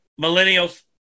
millennials